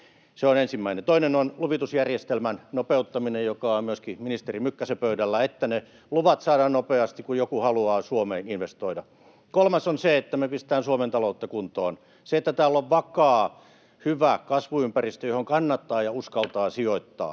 Se on ensimmäinen. Toinen on luvitusjärjestelmän nopeuttaminen, mikä on myöskin ministeri Mykkäsen pöydällä, se, että ne luvat saadaan nopeasti, kun joku haluaa Suomeen investoida. Kolmas on se, että me pistetään Suomen taloutta kuntoon, se, että täällä on vakaa, hyvä kasvuympäristö, johon kannattaa ja uskaltaa sijoittaa.